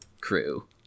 crew